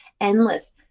endless